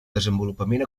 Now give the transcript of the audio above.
desenvolupament